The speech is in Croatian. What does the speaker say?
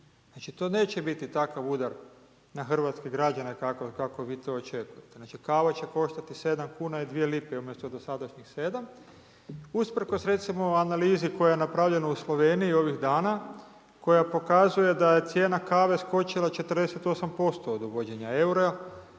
Znači to neće biti takav udar na hrvatske građane kako vi to očekujete, znači kava će koštati 7 kuna i 2 lipe umjesto dosadašnjih 7, usprkos recimo analizi koja je napravljena u Sloveniji ovih dana koja pokazuje da je cijena kave skočila 48% od uvođenja eura